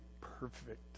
perfect